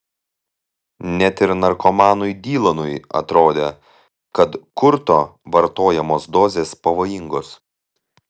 net ir narkomanui dylanui atrodė kad kurto vartojamos dozės pavojingos